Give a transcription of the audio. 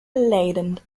leiden